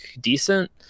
decent